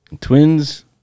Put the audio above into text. Twins